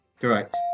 Correct